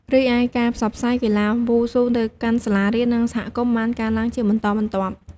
រីឯការផ្សព្វផ្សាយកីឡាវ៉ូស៊ូទៅកាន់សាលារៀន និងសហគមន៍បានកើនឡើងជាបន្តបន្ទាប់។